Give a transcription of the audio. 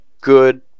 good